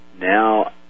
now